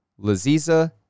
Laziza